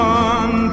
one